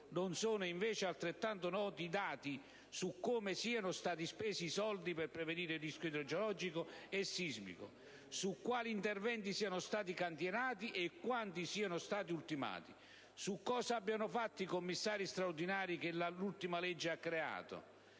Non sono, invece, altrettanto noti i dati su come siano stati spesi i soldi per prevenire il rischio idrogeologico e sismico, su quali interventi siano stati cantierati e quanti siano stati ultimati, su cosa abbiano fatto i commissari straordinari che l'ultima legge ha creato.